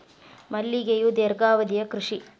ಮಲ್ಲಿಗೆಯು ದೇರ್ಘಾವಧಿಯ ಕೃಷಿ